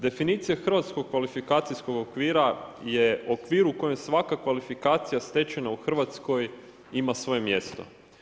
Definicija hrvatskog kvalifikacijskog okvira je okvir u kojem svaka kvalifikacija stečena u Hrvatskoj ima svoje mjesto.